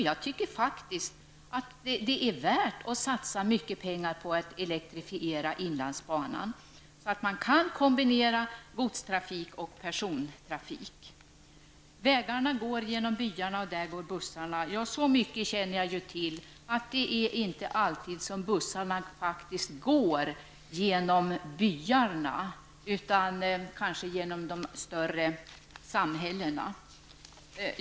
Jag tycker faktiskt att det är värt att satsa mycket pengar på att elektrifiera inlandsbanan så att man kombinera godstrafik och persontrafik. Georg Andersson säger att vägarna går genom byarna, och således går bussarna genom byarna. Jag känner dock till så mycket att jag vet att bussarna inte alltid går genom byarna, utan kanske genom de större samhällena. Fru talman!